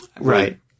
Right